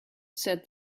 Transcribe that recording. said